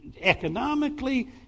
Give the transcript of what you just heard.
economically